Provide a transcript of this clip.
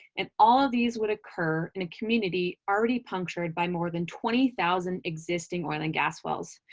and all of these would occur in a community already punctured by more than twenty thousand existing oil and gas wells.